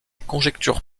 conjecture